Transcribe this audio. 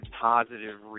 positive